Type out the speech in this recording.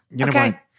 okay